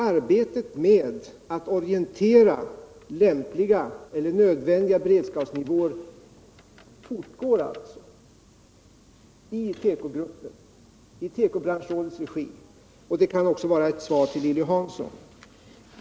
Arbetet med att undersöka nödvändiga beredskapsnivåer fortgår alltså i tekogruppen, i tekobranschrådets regi. Det kan också vara ett svar till Lilly Hansson.